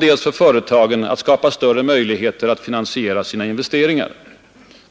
dels för företagen att skapa större möjligheter att finansiera sina investeringar.